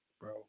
bro